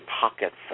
pockets